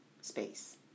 space